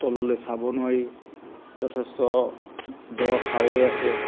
তললৈ চাব নোৱাৰি যথেষ্ট দ খাৱৈ আছে